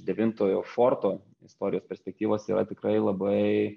devintojo forto istorijos perspektyvos yra tikrai labai